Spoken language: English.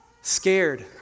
scared